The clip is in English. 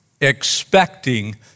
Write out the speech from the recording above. expecting